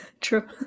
true